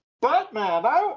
Batman